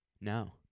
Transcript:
No